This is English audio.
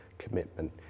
commitment